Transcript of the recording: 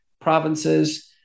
provinces